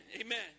Amen